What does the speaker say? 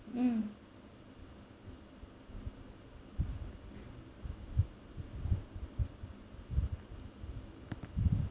um